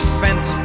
fence